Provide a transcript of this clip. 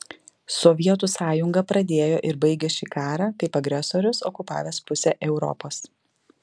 sovietų sąjunga pradėjo ir baigė šį karą kaip agresorius okupavęs pusę europos